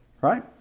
Right